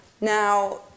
Now